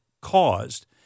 caused